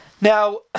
Now